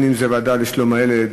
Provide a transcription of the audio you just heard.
הוועדה לשלום הילד,